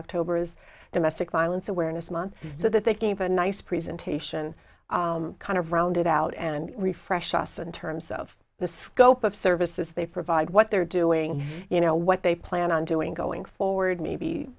october is domestic violence awareness month so that they gave a nice presentation kind of rounded out and refresh us in terms of the scope of services they provide what they're doing you know what they plan on doing going forward maybe